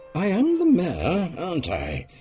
i am the mayor, aren't i?